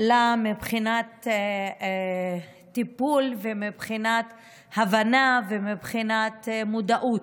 לה מבחינת טיפול ומבחינת הבנה ומבחינת מודעות.